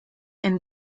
and